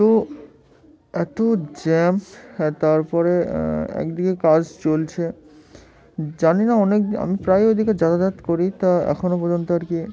তো এত জ্যাম তারপরে একদিকে কাজ চলছে জানি না অনেক আমি প্রায় ওইদিকে যাতায়াত করি তা এখনও পর্যন্ত আর কি